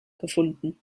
gefunden